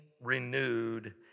renewed